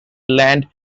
land